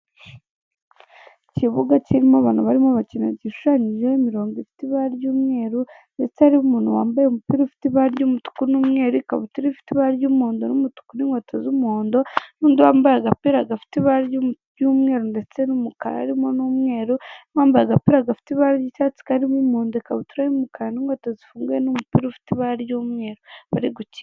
Ikibuga kirimo abantu barimo bakina, gishushanyijeho imirongo ifite ibara ry'umweru ndetse hariho umuntu wambaye umupira ufite ibara ry'umutuku n'umweru, ikabutura ifite ibara ry'umuhondo n'umutuku n'inkweto z'umuhondo, n'undi wambaye agapira gafite ibara ry'umweru ndetse n'umukara harimo n'umweru, n'uwambaye agapira gafite ibara ry'icyatsi karimo umuhondo ikabutura y'umukara n'inkweto zifunguye n'umupira ufite ibara ry'umweru bari gukina.